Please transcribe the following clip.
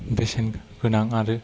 बेसेन गोनां आरो